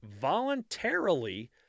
voluntarily